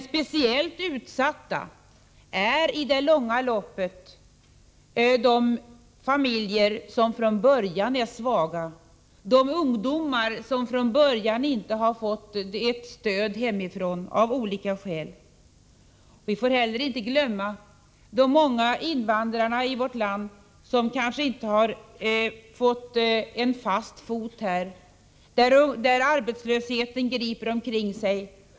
Speciellt utsatta i detta sammanhang är emellertid i det långa loppet de familjer som från början är svaga, de ungdomar som från början inte har fått ett stöd hemifrån, av olika skäl. Vi får inte heller glömma de många invandrarna i vårt land, som kanske inte har fått fast fot i vårt land, där arbetslösheten griper omkring sig.